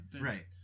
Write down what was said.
right